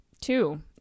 Two